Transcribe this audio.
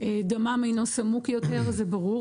דמם אינו סמוק יותר זה ברור.